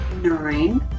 Nine